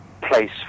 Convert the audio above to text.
place